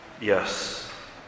Yes